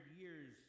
years